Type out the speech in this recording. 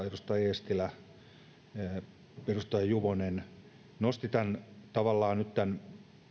edustaja eestilä ja edustaja juvonen puheenvuorossaan nosti tavallaan tämän